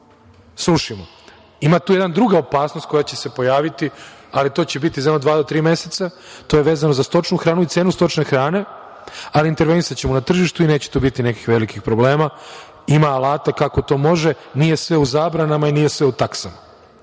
srušimo. Ima tu jedna druga opasnost koja će se pojaviti, ali to će biti za jedno dva do tri meseca, to je vezano za stočnu hranu i cenu stočne hrane, ali intervenisaćemo na tržištu i neće tu biti nekih velikih problema. Ima alata kako to može, nije sve u zabranama i nije sve u taksama.